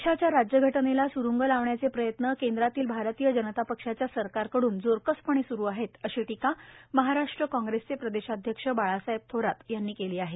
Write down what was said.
देशाच्या राज्यघटनेला सुरुंग लावण्याचे प्रयत्न केंद्रातल्या भारतीय जनता पक्षाच्या सरकारकड्न जोरकसपणे सुरू आहेत अशी टीका महाराष्ट्र काँग्रेसचे प्रदेशाध्यक्ष बाळासाहेब थोरात यांनी केली आहे